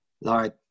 Lord